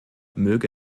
möge